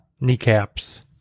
kneecaps